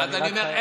אני רק,